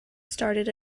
started